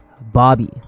Bobby